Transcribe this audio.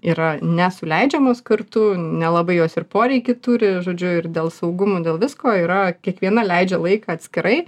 yra ne suleidžiamos kartu nelabai jos ir poreikį turi žodžiu ir dėl saugumų dėl visko yra kiekviena leidžia laiką atskirai